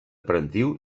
parentiu